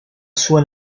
sua